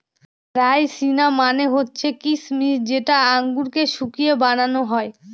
রাইসিনা মানে হচ্ছে কিসমিস যেটা আঙুরকে শুকিয়ে বানানো হয়